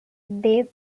they